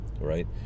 Right